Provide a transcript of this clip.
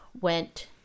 went